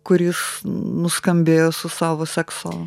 kuris nuskambėjo su savo sekso